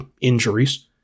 injuries